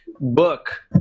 book